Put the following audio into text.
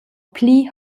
pli